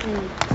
mm